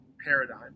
paradigm